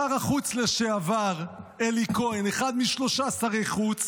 שר החוץ לשעבר אלי כהן, אחד משלושה שרי חוץ,